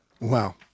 Wow